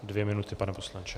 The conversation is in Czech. Dvě minuty, pane poslanče.